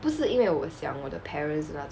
不是因为我想我的 parents 那